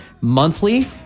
monthly